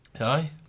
Aye